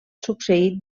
succeït